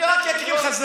אני רק אקריא לך.